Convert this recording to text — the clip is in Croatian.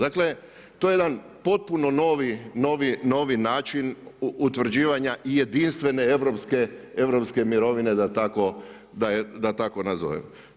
Dakle, to je jedan potpuno novi način utvrđivanja i jedinstvene europske mirovine, da je tako nazovem.